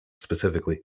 specifically